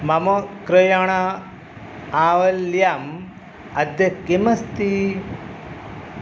मम क्रयण आवल्याम् अद्य किमस्ति